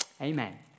Amen